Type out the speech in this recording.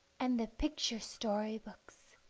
and the picture story-books.